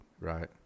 Right